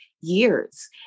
years